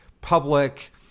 public